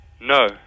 No